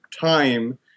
time